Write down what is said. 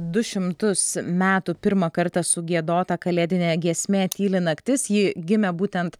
du šimtus metų pirmą kartą sugiedota kalėdinė giesmė tyli naktis ji gimė būtent